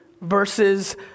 versus